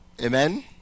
Amen